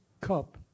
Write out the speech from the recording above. cup